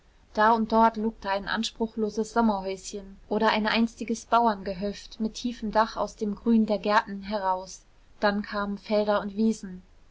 da und dort lugte ein anspruchsloses sommerhäuschen oder ein einstiges bauerngehöft mit tiefem dach aus dem grün der gärten heraus dann kamen felder und wiesen